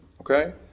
Okay